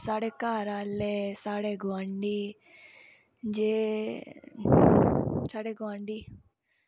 साढ़े घर आह्ले साढ़े गोआंढ़ी जे साढ़े गोआंढ़ी